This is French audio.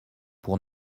pour